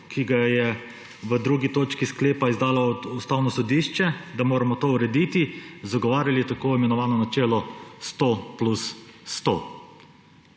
ki ga je v drugi točki sklepa izdalo Ustavno sodišče, da moramo to urediti, zagovarjali tako imenovano načelo 100 plus 100.